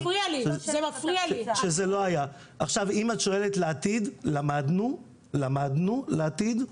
אם את שואלת לעתיד, למדנו לעתיד,